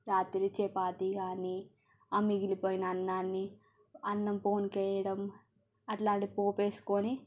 రాత్రి చపాతీ కానీ ఆ మిగిలిపోయిన అన్నాన్ని అన్నం పోనుకు వేయడం అట్లాంటి పోపు వేసుకొని